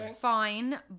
fine